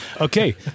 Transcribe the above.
Okay